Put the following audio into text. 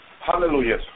Hallelujah